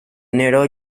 enero